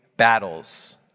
battles